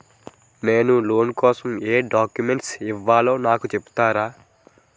నేను లోన్ కోసం ఎం డాక్యుమెంట్స్ ఇవ్వాలో నాకు చెపుతారా నాకు చెపుతారా?